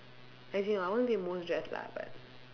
as in I won't say most dressed lah but